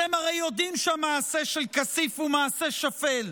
אתם הרי יודעים שהמעשה של כסיף הוא מעשה שפל,